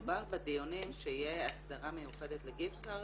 דובר בדיונים שתהיה הסדרה מיוחדת לגיפט כארד.